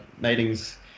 meetings